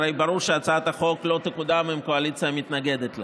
הרי ברור שהצעת החוק לא תקודם אם הקואליציה מתנגדת לה.